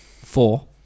Four